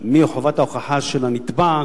מחובת הוכחה של התובע,